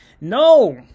no